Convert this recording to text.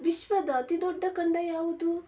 ವಿಶ್ವದ ಅತಿದೊಡ್ಡ ಖಂಡ ಯಾವುದು